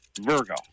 Virgo